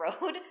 road